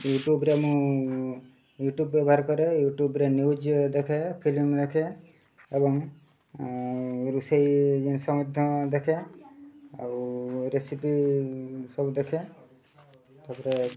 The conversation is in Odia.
ୟୁଟ୍ୟୁବ୍ରେ ମୁଁ ୟୁଟ୍ୟୁବ୍ ବ୍ୟବହାର କରେ ୟୁଟ୍ୟୁବ୍ରେ ନ୍ୟୁଜ୍ ଦେଖେ ଫିଲ୍ମ୍ ଦେଖେ ଏବଂ ରୋଷେଇ ଜିନିଷ ମଧ୍ୟ ଦେଖେ ଆଉ ରେସିପି ସବୁ ଦେଖେ ତା'ପରେ